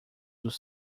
dos